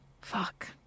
fuck